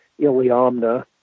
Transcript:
Iliamna